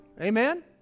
Amen